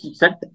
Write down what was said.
set